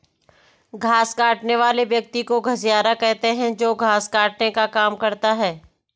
घास काटने वाले व्यक्ति को घसियारा कहते हैं जो घास काटने का काम करता है